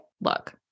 look